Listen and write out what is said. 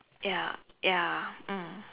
ya ya mm